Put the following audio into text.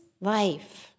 life